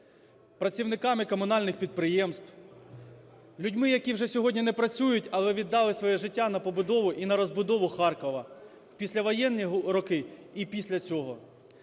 працівниками комунальних підприємств, людьми, які вже сьогодні не працюють, але віддали своє життя на побудову і на розбудову Харкова в післявоєнні роки і після цього.